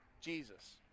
Jesus